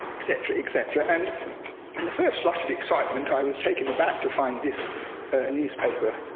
cetera, et cetera. and in the first flush of excitement, i was taken aback to find this ah newspaper.